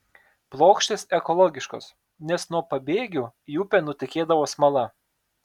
plokštės ekologiškos nes nuo pabėgių į upę nutekėdavo smala